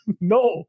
No